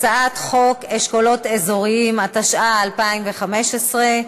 הצעת חוק אשכולות אזוריים, התשע"ה 2015,